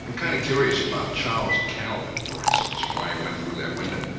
kind of curious about charles calvin, for instance and why he went through that window.